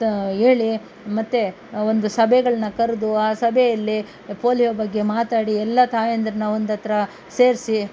ಹೇಳಿ ಮತ್ತು ಒಂದು ಸಭೆಗಳನ್ನ ಕರೆದು ಆ ಸಭೆಯಲ್ಲಿ ಪೋಲಿಯೋ ಬಗ್ಗೆ ಮಾತಾಡಿ ಎಲ್ಲ ತಾಯಂದಿರನ್ನ ಒಂದತ್ರ ಸೇರಿಸಿ